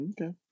Okay